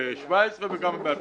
ב-2017 וב-2018?